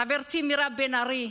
חברתי מירב בן ארי,